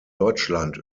deutschland